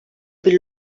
bir